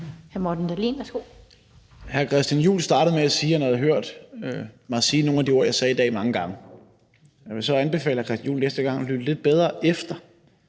Hr. Christian Juhl startede med at sige, at han havde hørt mig sige nogle af de ord, jeg sagde i dag, mange gange. Jeg vil så anbefale, at hr. Christian Juhl næste gang hører lidt bedre efter,